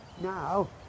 now